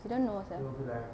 you don't know sia